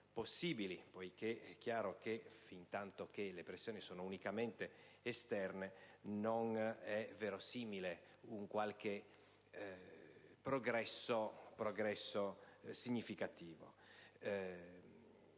poiché è chiaro che fintanto che le pressioni sono unicamente esterne non è verosimile un qualche progresso significativo.